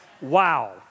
Wow